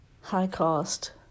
high-cost